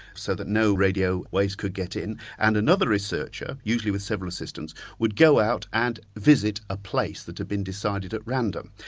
so that no radio waves could get in, and another researcher, usually with several assistants, would go out and visit a place that had been decided at random,